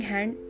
Hand